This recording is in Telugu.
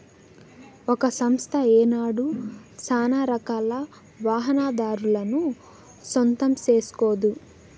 ఒక సంస్థ ఏనాడు సానారకాల వాహనాదారులను సొంతం సేస్కోదు